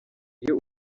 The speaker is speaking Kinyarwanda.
iyo